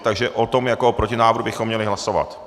Takže o tom jako o protinávrhu bychom měli hlasovat.